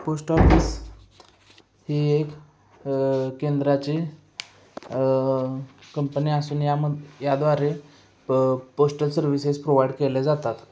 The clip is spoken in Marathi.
पोस्ट ऑफिस ही एक केंद्राची कंपनी असून याम याद्वारे पोस्टल सर्विसेस प्रोवाईड केले जातात